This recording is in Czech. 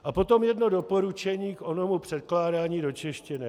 A potom jedno doporučení k onomu překládání do češtiny.